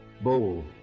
Bold